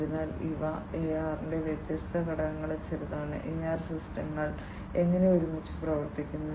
അതിനാൽ ഇവ AR ന്റെ വ്യത്യസ്ത ഘടകങ്ങളിൽ ചിലതാണ് AR സിസ്റ്റങ്ങൾ എങ്ങനെ ഒരുമിച്ച് പ്രവർത്തിക്കുന്നു